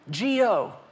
GO